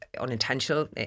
unintentional